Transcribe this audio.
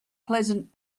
pleasant